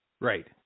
Right